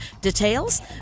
Details